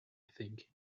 think